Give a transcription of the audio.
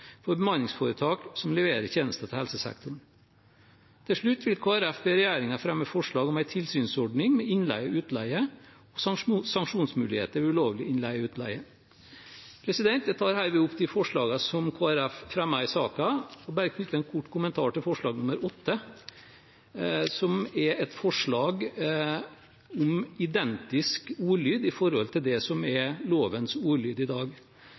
for bemanningsforetak som leverer tjenester til helsesektoren. Til slutt vil Kristelig Folkeparti be regjeringen fremme forslag om en tilsynsordning med innleie og utleie, og sanksjonsmuligheter ved ulovlig innleie og utleie. Jeg tar herved opp de forslagene som Kristelig Folkeparti fremmer i saken. Jeg vil knytte en kort kommentar til forslag nr. 8, som er et forslag om identisk ordlyd med det som er lovens ordlyd i dag.